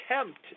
attempt